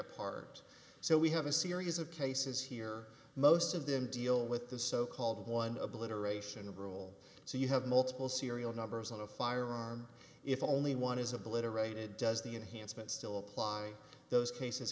apart so we have a series of cases here most of them deal with the so called one of the liberation of rule so you have multiple serial numbers on a firearm if only one is obliterated does the enhancement still apply those cases